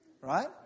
right